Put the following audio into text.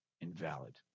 invalid